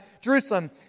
Jerusalem